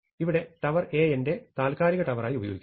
ഇവിടെ tower A എന്റെ താത്ക്കാലിക ടവരായി ഉപയോഗിക്കുന്നു